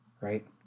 Right